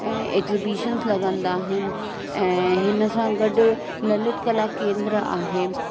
ऐं एग्ज़बिशन्स लॻंदा आहिनि ऐं हिन सां गॾु ललित कला केंद्र आहे